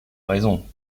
raison